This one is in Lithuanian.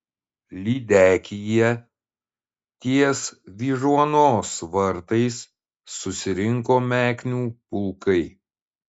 lydekyje ties vyžuonos vartais susirinko meknių pulkai